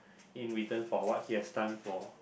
in return for what he has done for